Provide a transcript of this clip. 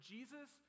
Jesus